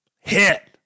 hit